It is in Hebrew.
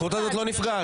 הזכות הזאת לא נפגעת.